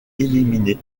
éliminé